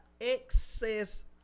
Excess